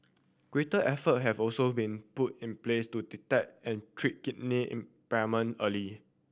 greater effort have also been put in place to detect and treat kidney impairment early